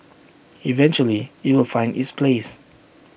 eventually IT will find its place